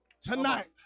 tonight